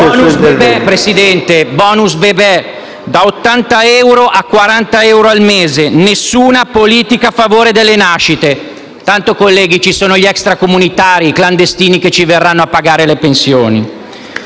Gruppo LN-Aut)*. Bonus bebè: da 80 a 40 euro al mese. Nessuna politica a favore delle nascite, tanto, colleghi ci sono gli extracomunitari e i clandestini che ci verranno a pagare le pensioni.